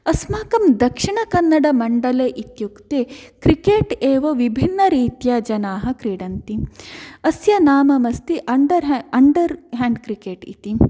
अस्माकं दक्षिणकन्नडमण्डले इत्युक्ते क्रिकेट् एव विभिन्नरीत्य जनाः क्रीडन्ति अस्य नाम अस्ति अंडर् है अंडर् हैंड् क्रिकेट् इति